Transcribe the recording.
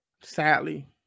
sadly